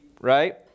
right